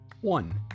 one